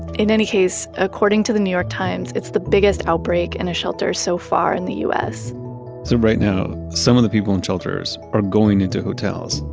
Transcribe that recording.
in any case, according to the new york times, it's the biggest outbreak in a shelter so far in the us so right now, some of the people in shelters are going into hotels,